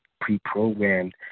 pre-programmed